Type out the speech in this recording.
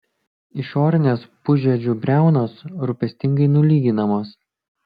išorinės pusžiedžių briaunos rūpestingai nulyginamos